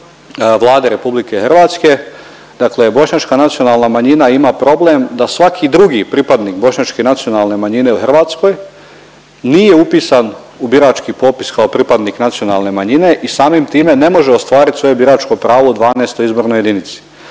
Vlade RH, dakle bošnjačka nacionalna manjina ima problem da svaki drugi pripadnik bošnjačke nacionalne manjine u Hrvatskoj nije upisan u birački popis kao pripadnik nacionalne manjine i samim time ne može ostvarit svoje biračko pravo u 12. izbornoj jedinici.